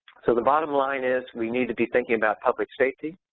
so the bottom line is we need to be thinking about public safety,